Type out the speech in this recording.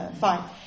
fine